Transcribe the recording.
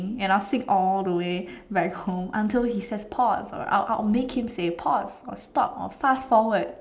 and I will sing all the way back home until he says pause or like I I will make him say pause or stop or fast forward